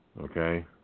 okay